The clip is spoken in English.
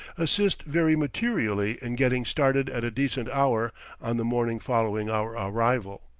assist very materially in getting started at a decent hour on the morning following our arrival.